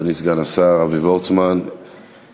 אדוני סגן השר אבי וורצמן ישיב,